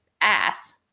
ass